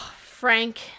Frank